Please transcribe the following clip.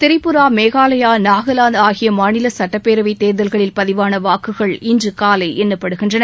திரிபுரா மேகாலயா நாகாலாந்து ஆகிய மாநில சுட்டப்பேரவைத் தேர்தலில் பதிவான வாக்குகள் இன்று காலை எண்ணப்படுகின்றன